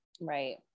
Right